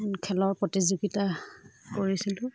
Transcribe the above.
খেলৰ প্ৰতিযোগিতা কৰিছিলোঁ